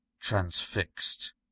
transfixed